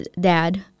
dad